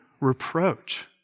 reproach